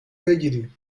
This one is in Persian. بگیری